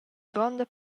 gronda